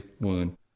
wound